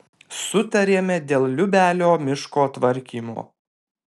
sutarėme dėl liubelio miško tvarkymo